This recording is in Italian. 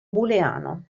booleano